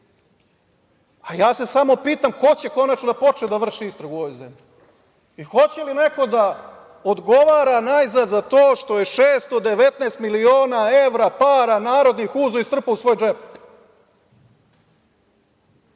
Ja se samo pitam ko će konačno da počne da vrši istragu u ovoj zemlji i hoće li neko najzad da odgovara za to što je 619 miliona evra para narodnih uzeo i strpao u svoj